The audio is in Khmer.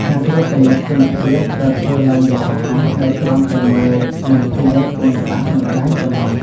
ការត្រួតពិនិត្យ គុណភាពត្រូវធ្វើឡើងយ៉ាងរហ័សដោយគ្រាន់តែមើលនឹងភ្នែក និងប៉ះនឹងដៃប៉ុណ្ណោះ។